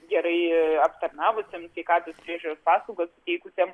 gerai aptarnavusiam sveikatos priežiūros paslaugą suteikusiam